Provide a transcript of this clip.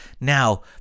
Now